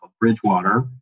Bridgewater